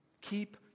Keep